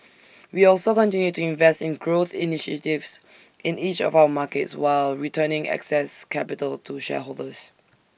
we also continued to invest in growth initiatives in each of our markets while returning excess capital to shareholders